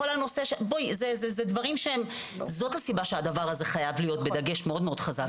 זו הסיבה שהדבר הזה חייב להיות בדגש מאוד מאוד חזק.